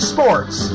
Sports